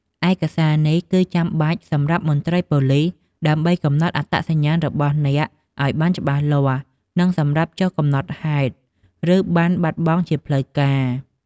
ឯកសារនេះគឺចាំបាច់សម្រាប់មន្ត្រីប៉ូលិសដើម្បីកំណត់អត្តសញ្ញាណរបស់អ្នកឲ្យបានច្បាស់លាស់ និងសម្រាប់ចុះកំណត់ហេតុ ឬប័ណ្ណបាត់បង់ជាផ្លូវការ។